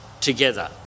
together